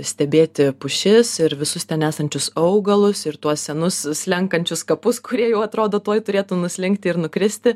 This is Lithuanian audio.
stebėti pušis ir visus ten esančius augalus ir tuos senus slenkančius kapus kurie jau atrodo tuoj turėtų nuslinkti ir nukristi